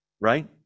right